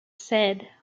said